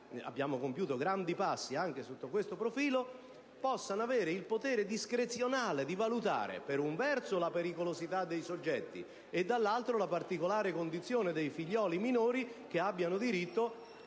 abbiamo compiuto grandi passi anche sotto questo profilo), il potere discrezionale di valutare, per un verso, la pericolosità dei soggetti e, per l'altro, la particolare condizione dei figlioli minori, che hanno diritto